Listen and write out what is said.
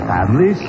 Family